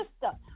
system